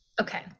Okay